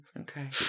Okay